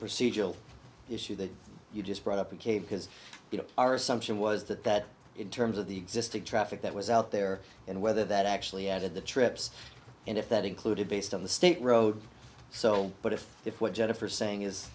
procedural issue that you just brought up in k because you know our assumption was that that in terms of the existing traffic that was out there and whether that actually added the trips and if that included based on the state road so but if if what jennifer saying is